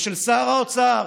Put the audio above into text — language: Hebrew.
ושל שר האוצר,